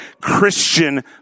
Christian